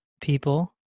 people